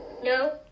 No